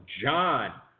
John